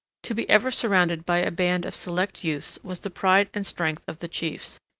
to be ever surrounded by a band of select youths was the pride and strength of the chiefs,